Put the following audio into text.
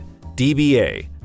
DBA